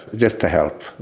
just to help.